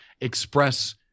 express